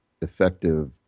effective